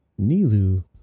nilu